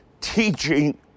teaching